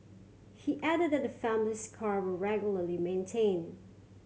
he added that the family's cars were regularly maintained